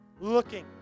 Looking